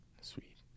Sweet